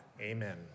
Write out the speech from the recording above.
amen